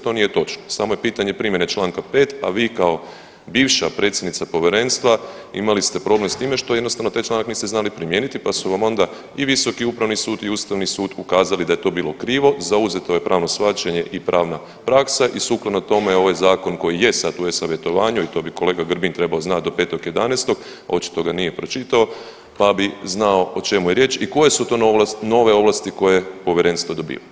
To nije točno, samo je pitanje primjene čl. 5., a vi kao bivša predsjednica povjerenstva imali ste problem s time što jednostavno taj članak niste znali primijeniti, pa su vam onda i visoki upravni sud i ustavni sud ukazali da je to bilo krivo, zauzeto je pravno shvaćanje i pravna praksa i sukladno tome ovaj zakon koji je sada u e-savjetovanju i to bi kolega Grbin trebao znat do 5.11. očito ga nije pročitao, pa bi znao o čemu je riječ i koje su to nove ovlasti koje povjerenstvo dobiva.